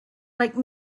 like